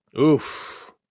oof